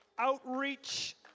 Outreach